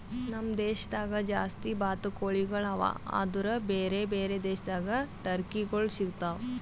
ನಮ್ ದೇಶದಾಗ್ ಜಾಸ್ತಿ ಬಾತುಕೋಳಿಗೊಳ್ ಅವಾ ಆದುರ್ ಬೇರೆ ಬೇರೆ ದೇಶದಾಗ್ ಟರ್ಕಿಗೊಳ್ ಸಿಗತಾವ್